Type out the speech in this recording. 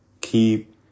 keep